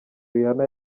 rihanna